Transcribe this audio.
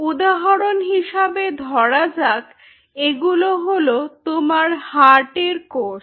উদাহরণ হিসেবে ধরা যাক এগুলো হলো তোমার হার্টের কোষ